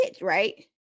right